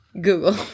Google